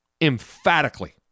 Emphatically